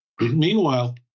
Meanwhile